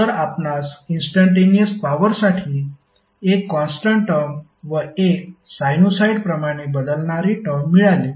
तर आपणास इंस्टंटेनिअस पॉवरसाठी एक कॉन्स्टन्ट टर्म व एक साइनुसॉईडप्रमाणे बदलणारी टर्म मिळाली